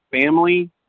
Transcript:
family